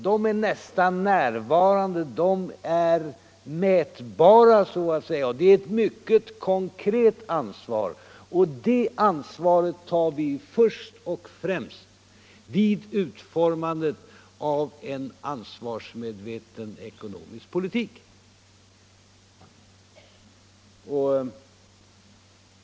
De är nästan närvarande, de är så att säga mätbara. Det är ett mycket konkret ansvar, och det ansvaret tar vi först och främst vid utformandet av en ansvarsmedveten ekonomisk politik.